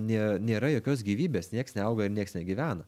ne nėra jokios gyvybės nieks neauga ir nieks negyvena